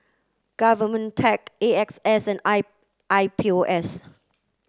GOVTECH A X S and I I P O S